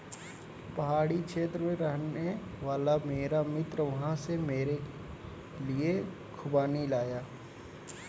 पहाड़ी क्षेत्र में रहने वाला मेरा मित्र वहां से मेरे लिए खूबानी लाया